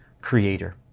Creator